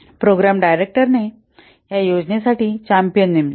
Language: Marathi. प्रोग्राम डायरेक्टरने या योजनेसाठी चॅम्पियन नेमला